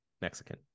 Mexican